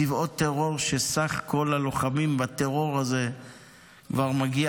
צבאות טרור שסך כל הלוחמים בטרור הזה כבר מגיע